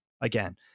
again